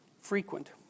frequent